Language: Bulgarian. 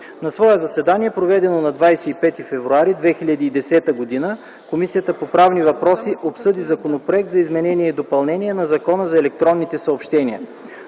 „На свое заседание, проведено на 25 февруари 2010 г., Комисията по правни въпроси обсъди Законопроект за изменение и допълнение на Закона за електронните съобщения.